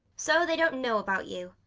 so they don't know about you.